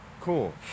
cool